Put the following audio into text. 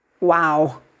wow